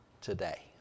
today